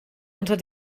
unter